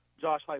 Josh